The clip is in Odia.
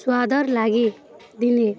ସ୍ୱାଦର୍ ଲାଗି ଦିନେ